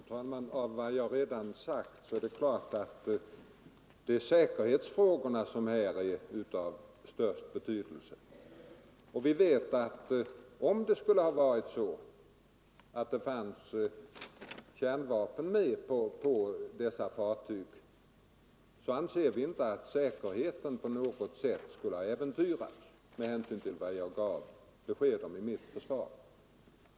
Fru talman! Av vad jag redan sagt framgår att det är säkerhetsfrågorna som här är av den största betydelsen. Om det hade funnits kärnvapen ombord på ifrågavarande fartyg skulle ändå inte säkerheten på något 17 sätt ha äventyrats. Jag hänvisar där till de besked jag gav i mitt svar.